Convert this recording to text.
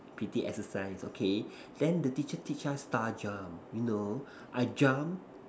P_T exercise okay then the teacher teach us star jump you know I jump